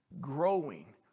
growing